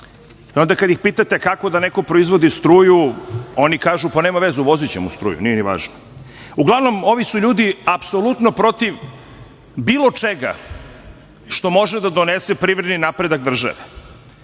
A kada ih pitate – kako da neko proizvodi struju, oni kažu – nema veze, uvozićemo struju, nije ni važno. Uglavnom, ovi su ljudi apsolutno protiv bilo čega što može da donese privredni napredak države,